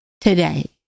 today